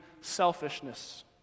selfishness